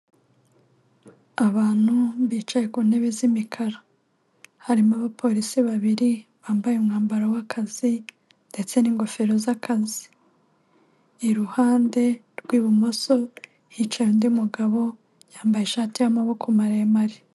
Abantu bicaye ku ntebe, z'imikara harimo abapolisi babiri bambaye umwambaro w'akazi, ndetse n'ingofero z'akazi, iruhande rw'ibumoso hicaye undi mugabo yambaye ishati y'amaboko maremare.